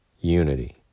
unity